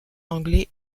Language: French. anglais